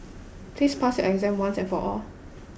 please pass your exam once and for all